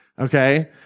okay